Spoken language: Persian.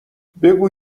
بگو